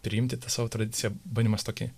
priimti tą savo tradiciją bandymas tokį